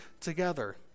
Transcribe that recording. together